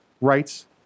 rights